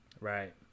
Right